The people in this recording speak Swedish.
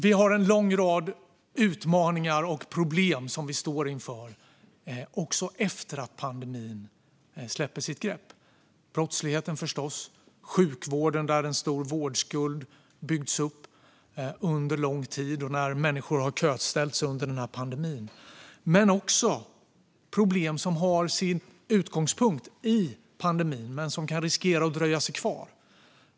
Vi har en lång rad utmaningar och problem som vi står inför också efter att pandemin släpper sitt grepp. Det gäller förstås brottsligheten. Och det gäller sjukvården, där en stor vårdskuld har byggts upp under lång tid och där människor har köställts under pandemin. Det gäller också problem som har sin utgångspunkt i pandemin men som kan riskera att dröja sig kvar.